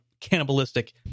cannibalistic